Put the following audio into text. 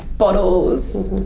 bottles.